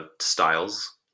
styles